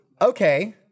okay